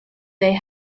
they